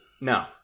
No